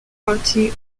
party